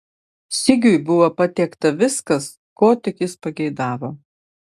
sigiui buvo patiekta viskas ko tik jis pageidavo